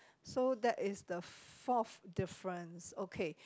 so that is the fourth difference okay